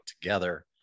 together